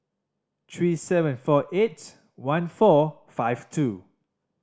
three seven four eight one four five two